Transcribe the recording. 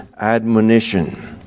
Admonition